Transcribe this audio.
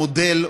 המודל,